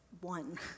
one